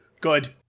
Good